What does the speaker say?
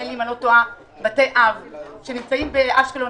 ולהעביר אותו ל-2023 כי זה הסכום הנכון,